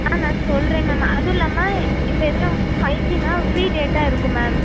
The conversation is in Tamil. மேம் நான் சொல்கிறேன் மேம் அதுல்லாமல் இந்த இதில் வந்து ஃபைஜினால் ஃப்ரீ டேட்டா இருக்கும் மேம்